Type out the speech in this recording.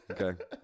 Okay